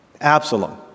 Absalom